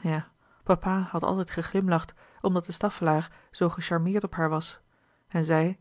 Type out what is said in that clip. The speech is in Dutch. ja papa had altijd geglimlacht omdat de staffelaer zoo gecharmeerd op haar was en zij